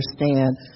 understand